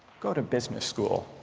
go to business school